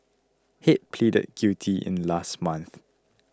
head pleaded guilty in last month